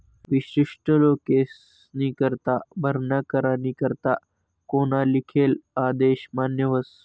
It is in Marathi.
विशिष्ट लोकेस्नीकरता भरणा करानी करता कोना लिखेल आदेश मान्य व्हस